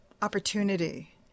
Opportunity